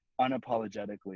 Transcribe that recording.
unapologetically